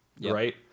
Right